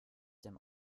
dem